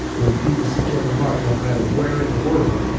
when people see kevin hart, no matter where in the world,